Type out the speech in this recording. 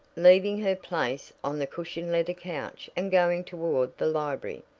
leaving her place on the cushioned leather couch and going toward the library,